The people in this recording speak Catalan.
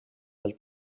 del